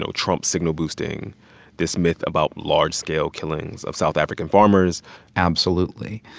so trump's signal boosting this myth about large-scale killings of south african farmers absolutely.